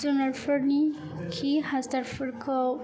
जुनारफोरनि खि हासारफोरखौ